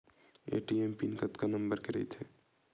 ATM PIN कतका number के रही थे?